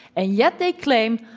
and yet they claim,